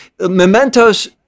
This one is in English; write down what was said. Mementos